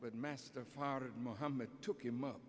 but master found it mohammed took him up